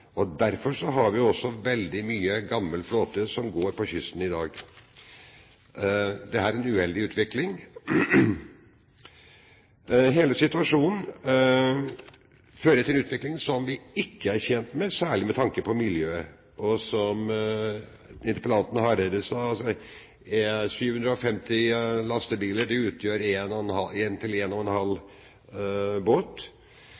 som går langs kysten i dag. Det er en uheldig utvikling. Hele situasjonen fører til en utvikling som vi ikke er tjent med, særlig med tanke på miljøet. Som interpellanten, Hareide, sa, utgjør 750 lastebiler en til to båter. Tenk bare på belastningen på veinettet som denne rekken av lastebiler fører til, for ikke å snakke om trafikksikkerheten og